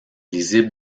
lisible